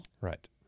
Right